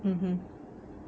mmhmm